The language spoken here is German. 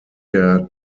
der